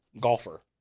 golfer